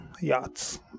Yachts